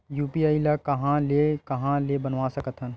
UPI ल कहां ले कहां ले बनवा सकत हन?